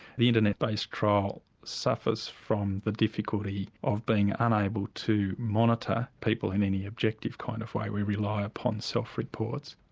the internet-based trial suffers from the difficulty of being unable to monitor people in any objective kind of way, we rely upon self-reports.